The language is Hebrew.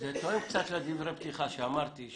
זה תואם קצת לדברי הפתיחה שאמרתי,